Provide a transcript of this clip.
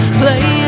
play